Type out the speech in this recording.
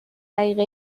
دقیقه